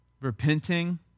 repenting